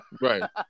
right